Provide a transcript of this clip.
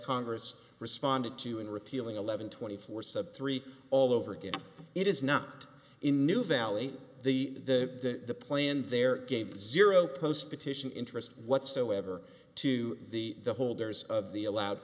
congress responded to in repealing eleven twenty four sub three all over again it is not in new valley the the plan their games zero post petition interest whatsoever to the holders of the allowed